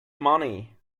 money